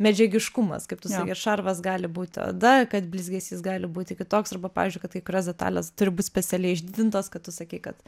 medžiagiškumas kaip tu sakei šarvas gali būti oda kad blizgesys gali būti kitoks arba pavyzdžiui kad kai kurios detalės turi būt specialiai išdidintos kad tu sakei kad